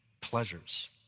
pleasures